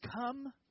Come